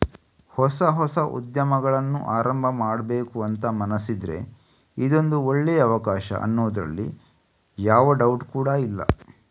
ಹೊಸ ಹೊಸ ಉದ್ಯಮಗಳನ್ನ ಆರಂಭ ಮಾಡ್ಬೇಕು ಅಂತ ಮನಸಿದ್ರೆ ಇದೊಂದು ಒಳ್ಳೇ ಅವಕಾಶ ಅನ್ನೋದ್ರಲ್ಲಿ ಯಾವ ಡೌಟ್ ಕೂಡಾ ಇಲ್ಲ